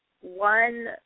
one –